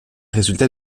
résultait